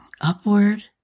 upward